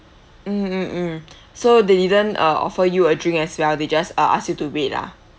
mm mm mm so they didn't uh offer you a drink as well they just uh ask you to wait ah